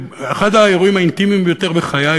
אחד האירועים האינטימיים ביותר בחיי,